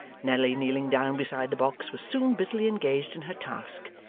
nelly, kneeling down beside the box, was soon busily engaged in her task,